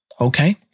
okay